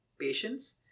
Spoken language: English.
patience